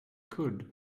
could